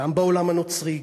גם בעולם הנוצרי,